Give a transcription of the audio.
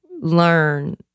learn